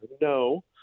no